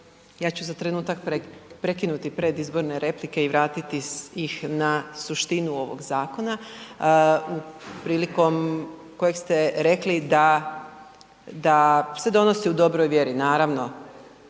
ja ću za trenutak prekinuti predizborne replike i vratiti ih na suštinu ovog zakona, prilikom kojeg ste rekli da se donosi u dobroj vjeri. Naravno,